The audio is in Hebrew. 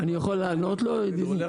אני יכול לענות לו, ידידי?